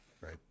right